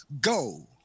go